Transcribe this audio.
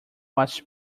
was